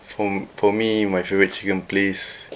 for for me my favourite chicken place